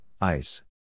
Ice